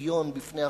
אי-שוויון בפני החוק,